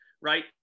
right